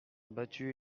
battu